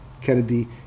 Kennedy